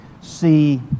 see